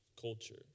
culture